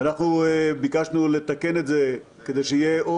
ואנחנו ביקשנו לתקן את זה כדי שיהיה או